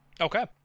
Okay